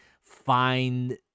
find